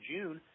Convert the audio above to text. June